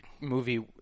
movie